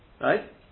right